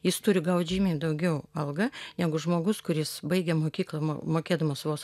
jis turi gaut žymiai daugiau algą negu žmogus kuris baigia mokyklą mo mokėdamas vos